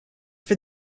for